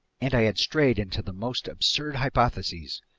and i had strayed into the most absurd hypotheses,